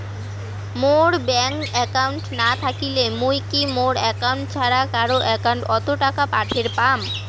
মোর bank account না থাকিলে মুই কি মোর একাউন্ট ছাড়া কারো একাউন্ট অত টাকা পাঠের পাম?